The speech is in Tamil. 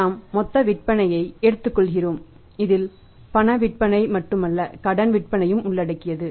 நாம் மொத்த விற்பனையை எடுத்துக்கொள்கிறோம் இதில் பண விற்பனை மட்டுமல்ல கடன் விற்பனையும் உள்ளடக்கியது